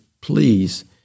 please